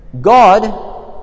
God